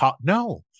No